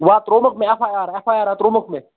وۅنۍ ترٛومکھ مےٚ F A R F A R ہا ترٛومکھ مےٚ